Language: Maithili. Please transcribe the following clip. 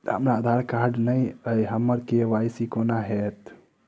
हमरा आधार कार्ड नै अई हम्मर के.वाई.सी कोना हैत?